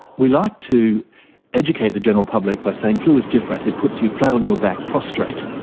we like to educate the general public by saying flu is different. it puts you flat on your back, prostrate,